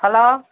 hello